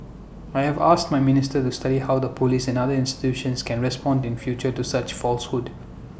I have asked my ministry to study how the Police and other institutions can respond in future to such falsehoods